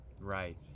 Right